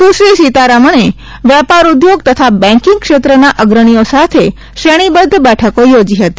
સુશ્રી સીતારામને વેપાર ઉદ્યોગ તથા બેન્કિંગ ક્ષેત્રના અગ્રણીઓ સાથે શ્રેણીબધ્ધ બેઠકો યોજી હતી